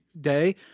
day